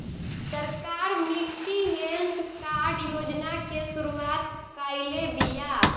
सरकार मिट्टी health card योजना के शुरूआत काइले बिआ